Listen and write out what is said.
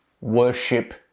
Worship